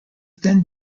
then